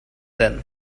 then